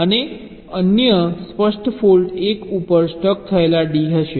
અને અન્ય સ્પષ્ટ ફોલ્ટ 1 ઉપર સ્ટક થયેલા D હશે